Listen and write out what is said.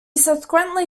subsequently